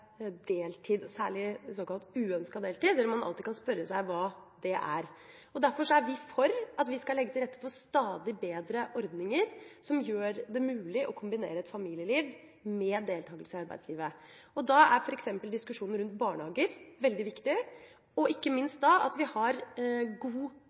deltid, særlig såkalt uønsket deltid, sjøl om man alltid kan spørre seg hva det er. Derfor er vi for at vi skal legge til rette for stadig bedre ordninger, som gjør det mulig å kombinere et familieliv med deltakelse i arbeidslivet. Da er f.eks. diskusjonen rundt barnehager veldig viktig, og ikke minst at vi har god